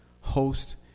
host